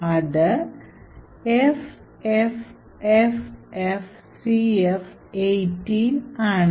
അത് FFFFCF18 ആണ്